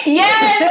yes